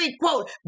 quote